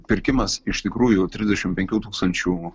pirkimas iš tikrųjų trisdešimt penkių tūkstančių